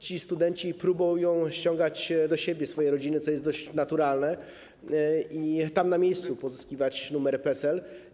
Ci studenci próbują ściągać do siebie swoje rodziny, co jest dość naturalne, i tam, na miejscu, pozyskiwać numer PESEL.